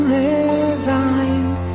resigned